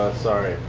sorry,